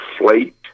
inflate